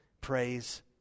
praise